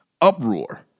Uproar